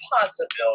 possibility